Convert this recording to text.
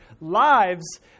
lives